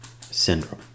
syndrome